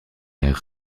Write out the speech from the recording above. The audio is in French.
aire